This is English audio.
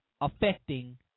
affecting